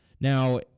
Now